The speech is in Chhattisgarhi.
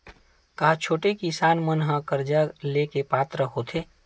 का छोटे किसान मन हा कर्जा ले के पात्र होथे?